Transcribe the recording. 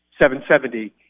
770